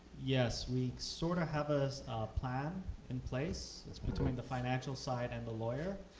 yes, we sort of have a plan in place. it's between the financial side and the lawyer,